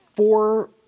Four